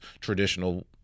traditional